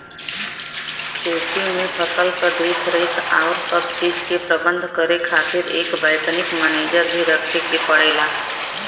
खेती में फसल क देखरेख आउर सब चीज के प्रबंध करे खातिर एक वैतनिक मनेजर भी रखे के पड़ला